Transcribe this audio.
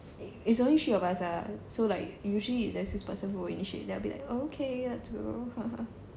it's only three of us lah so like usually there is this person who will initiate they will be like okay let's go